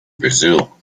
brazil